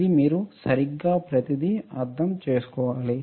ఇది మీరు సరిగ్గా ప్రతిదీ అర్థం చేసుకోవాలి